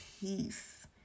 peace